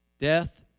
Death